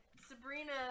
Sabrina